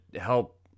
help